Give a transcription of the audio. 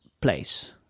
place